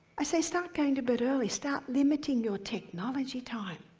i say start going to bed early. start limiting your technology time.